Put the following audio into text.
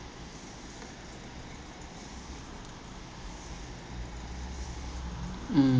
mm